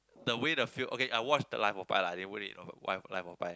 the way the feel okay I watch the Life-of-Pi lah the movie the life Life-of-Pi